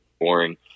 boring